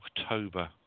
October